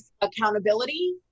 accountability